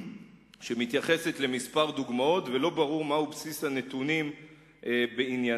שמתייחסת לכמה דוגמאות ולא ברור מהו בסיס הנתונים בעניינה.